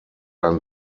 ein